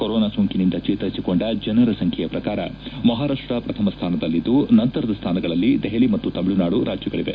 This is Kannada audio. ಕೊರೊನಾ ಸೋಂಕಿನಿಂದ ಚೇತರಿಸಿಕೊಂಡ ಜನರ ಸಂಬ್ಯೆಯ ಪ್ರಕಾರ ಮಹಾರಾಷ್ಟ ಪ್ರಥಮ ಸ್ಥಾನದಲ್ಲಿದ್ದು ನಂತರದ ಸ್ಥಾನಗಳಲ್ಲಿ ದೆಹಲಿ ಮತ್ತು ತಮಿಳುನಾಡು ರಾಜ್ಯಗಳವೆ